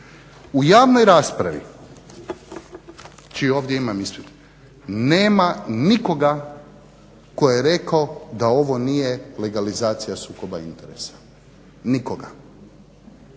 U javnoj raspravi čiji ovdje imam ispis, nema nikoga tko je rekao da ovo nije legalizacija sukoba interesa. Nikoga.